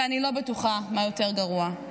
ואני לא בטוחה מה יותר גרוע.